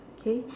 okay